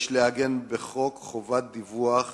יש לעגן בחוק חובות דיווח